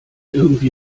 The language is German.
irgendwie